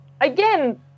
Again